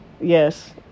Yes